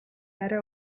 арай